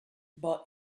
but